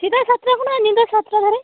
ᱥᱮᱛᱟᱜ ᱥᱟᱛᱴᱟ ᱠᱷᱚᱱᱟᱜ ᱧᱤᱫᱟᱹ ᱥᱟᱛᱴᱟ ᱫᱷᱟᱹᱨᱤᱡ